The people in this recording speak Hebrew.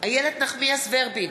איילת נחמיאס ורבין,